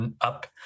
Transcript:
up